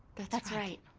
that's right.